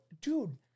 dude